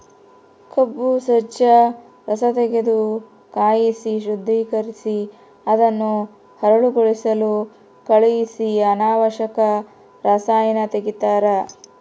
ಕಬ್ಬು ಜಜ್ಜ ರಸತೆಗೆದು ಕಾಯಿಸಿ ಶುದ್ದೀಕರಿಸಿ ಅದನ್ನು ಹರಳುಗೊಳಿಸಲು ಕಳಿಹಿಸಿ ಅನಾವಶ್ಯಕ ರಸಾಯನ ತೆಗಿತಾರ